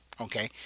Okay